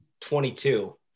22